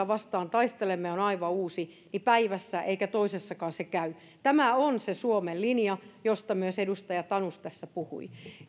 vastaan taistelemme on aivan uusi ei se päivässä eikä toisessakaan käy tämä on se suomen linja josta myös edustaja tanus tässä puhui